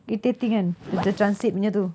irritating kan with the transit punya tu